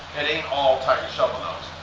it ain't all tiger shovelnose.